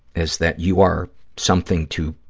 is that you are something to